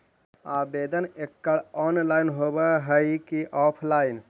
आवेदन एकड़ ऑनलाइन होव हइ की ऑफलाइन?